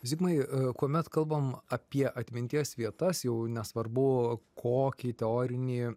zigmai kuomet kalbam apie atminties vietas jau nesvarbu kokį teorinį